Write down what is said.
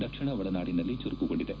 ದಕ್ಷಿಣ ಒಳನಾಡಿನಲ್ಲಿ ಚುರುಕುಗೊಂಡಿದೆ